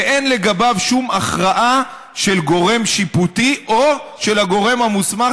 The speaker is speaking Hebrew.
אין בו שום הכרעה של גורם שיפוטי או של הגורם המוסמך,